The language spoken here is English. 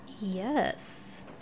Yes